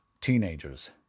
Teenagers